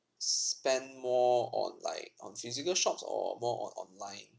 s~ spend more on like on physical shops or more on online